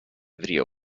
video